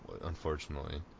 unfortunately